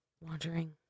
wandering